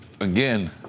Again